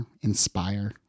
inspire